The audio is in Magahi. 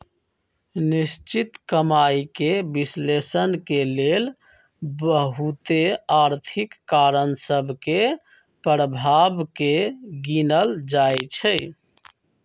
निश्चित कमाइके विश्लेषण के लेल बहुते आर्थिक कारण सभ के प्रभाव के गिनल जाइ छइ